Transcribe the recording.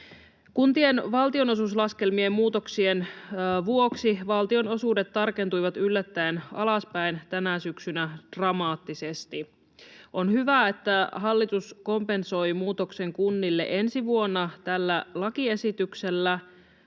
Kuntien valtionosuuslaskelmien muutoksien vuoksi valtionosuudet tarkentuivat yllättäen dramaattisesti alaspäin tänä syksynä. On hyvä, että hallitus kompensoi muutoksen kunnille ensi vuonna tällä lakiesityksellä,